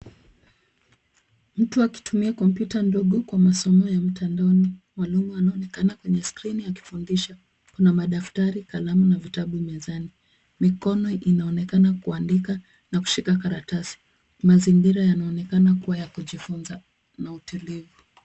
Mtu akitumia kompyuta ndogo kwa masomo ya mtandaoni. Mwalimu anaonekana kwenye skrini akifundisha. Kuna madaftari, kalamu na vitabu mezani. Mikono inaonekana kuandika na kushika karatasi. Mazingira yanaonekana kuwa ya kujifunza na utulivu.